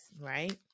right